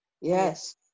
Yes